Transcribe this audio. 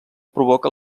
provoca